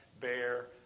bear